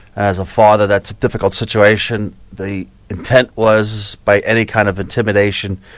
as a father, that's a difficult situation. the intent was by any kind of intimidation,